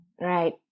right